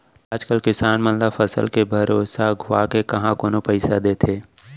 आज कल किसान मन ल फसल के भरोसा अघुवाके काँहा कोनो पइसा देथे